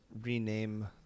rename